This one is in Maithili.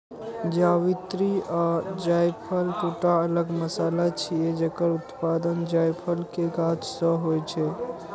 जावित्री आ जायफल, दूटा अलग मसाला छियै, जकर उत्पादन जायफल के गाछ सं होइ छै